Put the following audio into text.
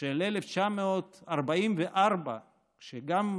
של 1944, וגם חמי,